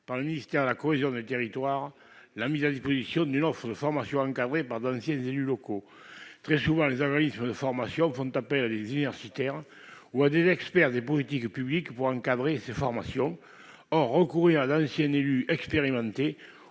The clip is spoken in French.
par le ministère de la cohésion des territoires la mise à disposition d'une offre de formation encadrée par d'anciens élus locaux. Très souvent, les organismes de formation font appel à des universitaires ou à des experts des politiques publiques pour encadrer ces formations. Or recourir à d'anciens élus expérimentés